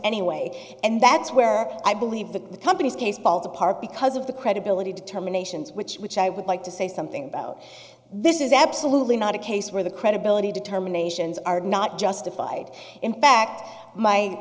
anyway and that's where i believe the company's case falls apart because of the credibility determinations which which i would like to say something about this is absolutely not a case where the credibility determinations are not justified in fact my